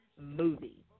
movie